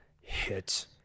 hit